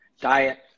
diet